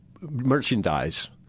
merchandise